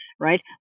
right